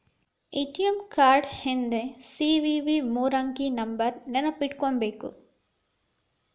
ATM card ಹಿಂದ್ CVV ಮೂರಂಕಿ ನಂಬರ್ನ ನೆನ್ಪಿಟ್ಕೊಂಡಿರ್ಬೇಕು